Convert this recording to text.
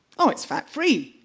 oh, it's fat free,